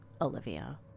Olivia